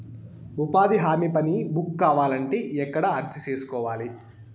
ఉపాధి హామీ పని బుక్ కావాలంటే ఎక్కడ అర్జీ సేసుకోవాలి?